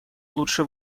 лучше